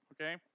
okay